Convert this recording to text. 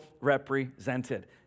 represented